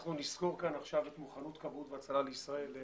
אנחנו נסקור כאן עכשיו את מוכנות באות והצלה לחורף.